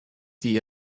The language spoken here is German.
die